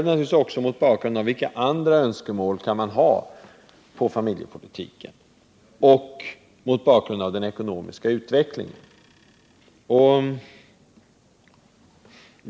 Men vi diskuterar också mot bakgrund av vilka andra önskemål man kan ha på familjepolitiken och mot bakgrund av den ekonomiska utvecklingen.